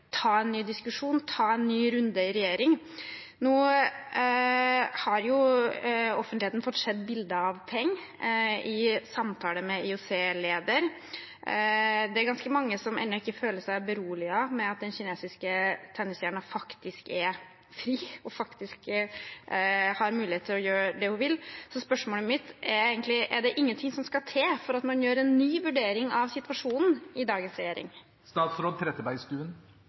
ta en ny diskusjon, ta en ny runde i regjeringen. Nå har offentligheten fått se bilder av Peng i samtale med IOC-lederen. Det er mange som ennå ikke føler seg beroliget – at den kinesiske tennisstjernen faktisk er fri og har mulighet til å gjøre det hun vil. Så spørsmålet mitt er egentlig: Hva skal til for at man i dagens regjering gjør en ny vurdering av situasjonen? Jeg deler representanten Melbys bekymring. Som jeg sa i